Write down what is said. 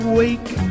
wake